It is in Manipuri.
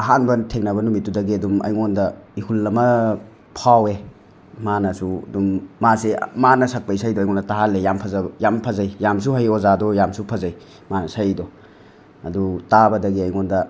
ꯑꯍꯥꯟꯕ ꯊꯦꯡꯅꯕ ꯅꯨꯃꯤꯠꯇꯨꯗꯒꯤ ꯑꯗꯨꯝ ꯑꯩꯉꯣꯟꯗ ꯏꯍꯨꯜ ꯑꯃ ꯐꯥꯎꯋꯦ ꯃꯥꯅꯁꯨ ꯑꯗꯨꯨꯝ ꯃꯥꯁꯦ ꯃꯥꯅ ꯁꯛꯄ ꯏꯁꯩꯗꯣ ꯑꯩꯉꯣꯟꯗ ꯇꯥꯍꯜꯂꯦ ꯌꯥꯝ ꯐꯖꯕ ꯌꯥꯝ ꯐꯖꯩ ꯌꯥꯝꯅꯁꯨ ꯍꯩ ꯑꯣꯖꯥꯗꯣ ꯌꯥꯝꯅꯁꯨ ꯐꯖꯩ ꯃꯥꯅ ꯁꯛꯏꯗꯣ ꯑꯗꯨ ꯇꯥꯕꯗꯒꯤ ꯑꯩꯉꯣꯟꯗ